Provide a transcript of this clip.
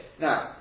Now